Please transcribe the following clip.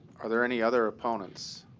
are there any other opponents?